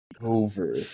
over